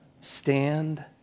stand